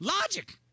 Logic